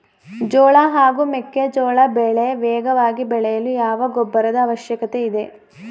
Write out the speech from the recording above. ಜೋಳ ಹಾಗೂ ಮೆಕ್ಕೆಜೋಳ ಬೆಳೆ ವೇಗವಾಗಿ ಬೆಳೆಯಲು ಯಾವ ಗೊಬ್ಬರದ ಅವಶ್ಯಕತೆ ಇದೆ?